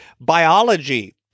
biology